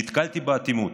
נתקלתי באטימות.